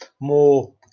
more